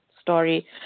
story